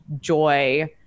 joy